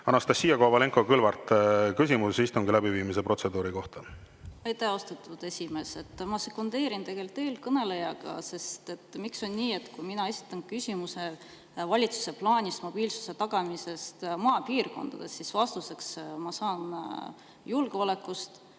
Anastassia Kovalenko-Kõlvart, küsimus istungi läbiviimise protseduuri kohta. Aitäh, austatud esimees! Ma sekundeerin tegelikult eelkõnelejale. Miks on nii, et kui mina esitan küsimuse valitsuse plaani kohta mobiilsuse tagamiseks maapiirkondades, siis vastuse ma saan julgeoleku